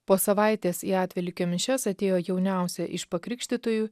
po savaitės į atvelykio mišias atėjo jauniausia iš pakrikštytųjų